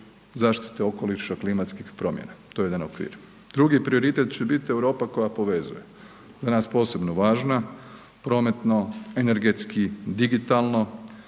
zaštite okoliša, klimatskih promjena, to je jedan okvir. Drugi prioritet će bit Europa koja povezuje, za nas posebno važna prometno energetski digitalno